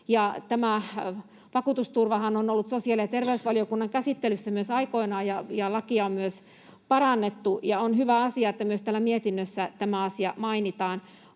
Tämä vakuutusturvahan on ollut myös sosiaali- ja terveysvaliokunnan käsittelyssä aikoinaan, ja lakia on myös parannettu, ja on hyvä asia, että myös täällä mietinnössä tämä asia mainitaan.